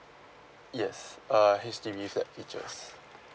yes uh H_D_B flat features